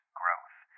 growth